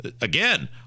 Again